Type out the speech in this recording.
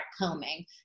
combing